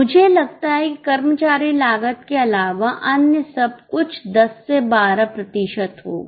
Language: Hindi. मुझे लगता है कि कर्मचारी लागत के अलावा अन्य सब कुछ 10 से 12 प्रतिशत होगा